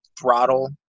throttle